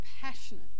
passionate